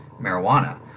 marijuana